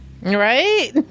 Right